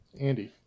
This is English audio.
Andy